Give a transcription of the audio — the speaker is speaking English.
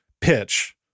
pitch